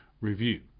review